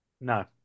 No